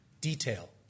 detail